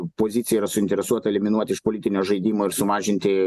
pozicija yra suinteresuota eliminuoti iš politinio žaidimo ir sumažinti